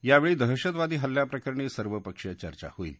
यावेळी दहशतवादी हल्ल्याप्रकरणी सर्वपक्षीय चर्चा होईल